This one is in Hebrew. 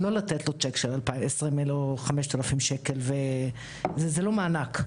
לא לתת לו צ'ק של 5,000 ₪, זה לא מענק.